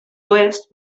oest